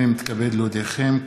הינני מתכבד להודיעכם,